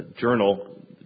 journal